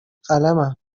قلمم